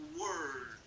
word